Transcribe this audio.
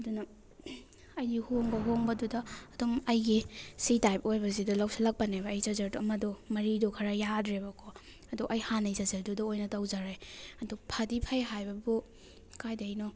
ꯑꯗꯨꯅ ꯑꯩꯗꯤ ꯍꯣꯡꯒ ꯍꯣꯡꯕꯗꯨꯗ ꯑꯗꯨꯝ ꯑꯩꯒꯤ ꯁꯤ ꯇꯥꯏꯞ ꯑꯣꯏꯕꯁꯤꯗ ꯂꯧꯁꯜꯂꯛꯄꯅꯦ ꯑꯩ ꯆꯥꯔꯖꯔꯗꯣ ꯑꯃꯗꯣ ꯃꯔꯤꯗꯣ ꯈꯔ ꯌꯥꯗ꯭ꯔꯦꯕꯀꯣ ꯑꯗꯨ ꯑꯩ ꯍꯥꯟꯅꯩ ꯆꯥꯔꯖꯔꯗꯨꯗ ꯑꯣꯏꯅ ꯇꯧꯖꯔꯦ ꯑꯗꯨ ꯐꯗꯤ ꯐꯩ ꯍꯥꯏꯕꯕꯨ ꯀꯥꯏꯗꯩꯅꯣ